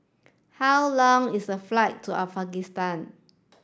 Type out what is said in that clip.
how long is the flight to Afghanistan